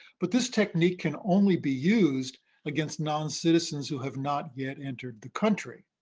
but this technique can only be used against non-citizens who have not yet entered the country.